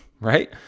right